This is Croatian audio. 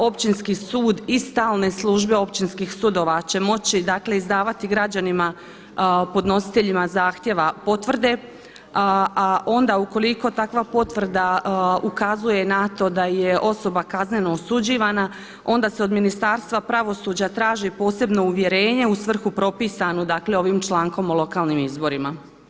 Općinski sud i stalne službe Općinskih sudova će moći, dakle izdavati građanima podnositeljima zahtjeva potvrde, a onda ukoliko takva potvrda ukazuje na to da je osoba kazneno osuđivana onda se od Ministarstva pravosuđa traži posebno uvjerenje u svrhu propisanu, dakle ovim člankom o lokalnim izborima.